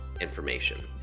information